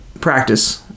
practice